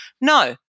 No